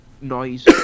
noise